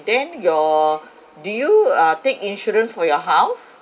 then your do you uh take insurance for your house